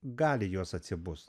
gali jos atsibust